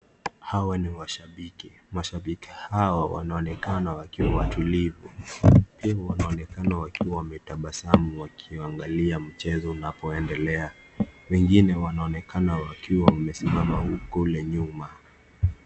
Hawa ni mashabiki. Mashabiki hawa, wanaonekana wakiwa watulivu. Wengi wanaonekana wakiwa wametabasamu wakiangalia mchezo unapoendelea. Wengine wanaonekana wakiwa wamesimama kule nyuma.